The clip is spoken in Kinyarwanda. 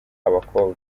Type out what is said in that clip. abakobwa